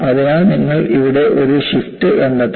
അതിനാൽ നിങ്ങൾ ഇവിടെ ഒരു ഷിഫ്റ്റ് കണ്ടെത്തി